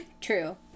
True